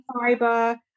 fiber